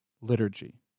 liturgy